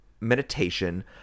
meditation